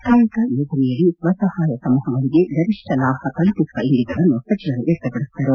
ಕಾಯಕ ಯೋಜನೆಯಡಿ ಸ್ವ ಸಹಾಯ ಸಮೂಹಗಳಿಗೆ ಗರಿಷ್ಠ ಲಾಭ ತಲುಪಿಸುವ ಇಂಗಿತವನ್ನು ಸಚಿವರು ವ್ಯಕ್ತಪಡಿಸಿದರು